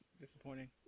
disappointing